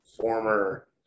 former